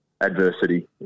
adversity